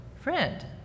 friend